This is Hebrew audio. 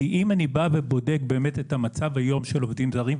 כי אם אני בודק את המצב היום של עובדים זרים,